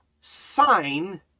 sign